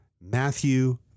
Matthew